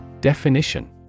Definition